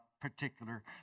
particular